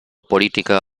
politică